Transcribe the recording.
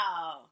Wow